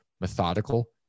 methodical